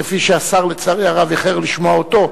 כפי שהשר, לצערי הרב, איחר לשמוע אותו,